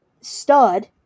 stud